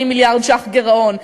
40 מיליארד ש"ח גירעון.